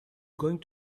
going